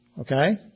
Okay